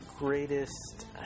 Greatest